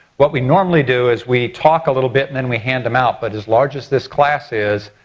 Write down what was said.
what we normally do, is we talk a little bit and then we hand them out. but as large as this class is,